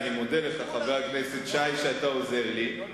חבר הכנסת שי, אני מודה לך על שאתה עוזר לי.